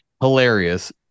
hilarious